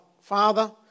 Father